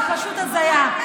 זה פשוט הזיה.